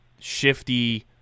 shifty